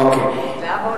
אוקיי.